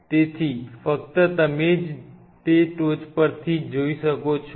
તેથી ફક્ત તમે જ તે ટોચ પરથી જોઈ શકો છો